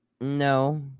No